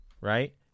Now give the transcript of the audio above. Right